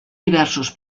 diversos